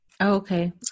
Okay